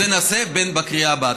את זה נעשה בקריאה הבאה.